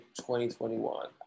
2021